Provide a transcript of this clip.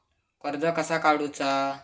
कर्ज कसा काडूचा?